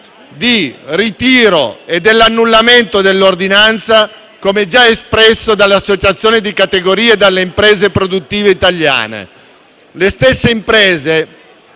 di ritiro e di annullamento dell'ordinanza, come già espresso dalle associazioni di categoria e dalle imprese produttive italiane. Le stesse imprese